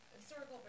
Historical